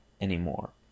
anymore